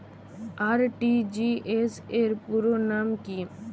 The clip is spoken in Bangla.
আর.টি.জি.এস র পুরো নাম কি?